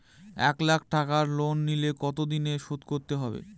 এক লাখ টাকা লোন নিলে কতদিনে শোধ করতে হবে?